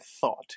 thought